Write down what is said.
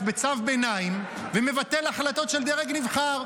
בצו ביניים ומבטל החלטות של דרג נבחר.